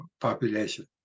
population